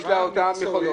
יש לה את אותן יכולות.